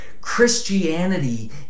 Christianity